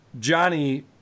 Johnny